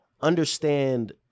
understand